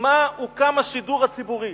מה הוקם השידור הציבורי.